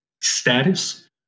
status